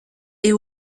est